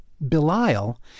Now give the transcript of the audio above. Belial